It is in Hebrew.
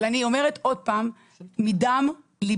אבל אני אומרת עוד פעם מדם ליבי,